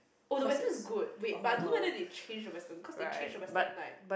oh the western is good wait but I don't know whether they change the western cause the change the western like